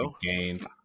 gained